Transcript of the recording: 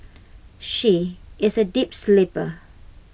she is A deep sleeper